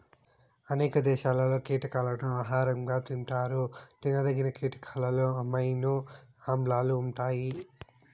అనేక దేశాలలో కీటకాలను ఆహారంగా తింటారు తినదగిన కీటకాలలో అమైనో ఆమ్లాలు ఉంటాయి